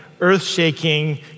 earth-shaking